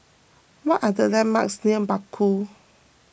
what are the landmarks near Bakau